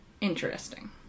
interesting